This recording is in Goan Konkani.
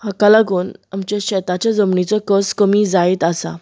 हाका लागून आमच्या शेताच्या जमनीचो कस कमी जायत आसा